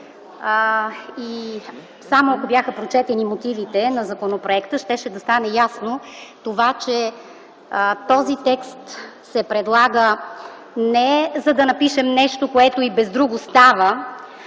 Само ако бяха прочетени мотивите на законопроекта, щеше да стане ясно, че този текст се предлага не за да напишем нещо, което и без друго става,